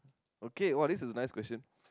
okay !wah! this is a nice question